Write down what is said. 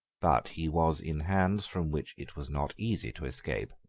but he was in hands from which it was not easy to escape.